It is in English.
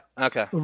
Okay